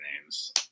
names